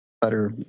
better